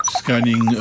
scanning